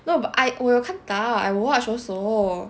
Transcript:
no I 我又看到 I watch also